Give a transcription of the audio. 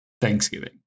Thanksgiving